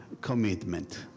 commitment